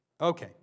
Okay